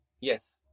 yes